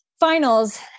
Finals